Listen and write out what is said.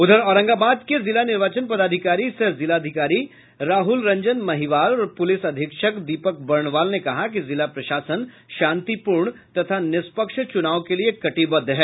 उधर औरंगाबाद के जिला निर्वाचन पदाधिकारी सह जिलााधिकारी राहुल रंजन महिवाल और पुलिस अधीक्षक दीपक वर्णवाल ने कहा कि जिला प्रशासन शांतिपूर्ण तथा निष्पक्ष चुनाव के लिए कटिबद्ध है